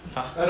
!huh!